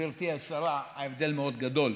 גברתי השרה, ההבדל מאוד גדול.